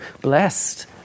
blessed